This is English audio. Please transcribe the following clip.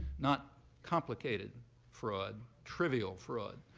not complicated fraud, trivial fraud.